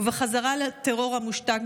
ובחזרה לטרור המושתק,